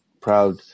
proud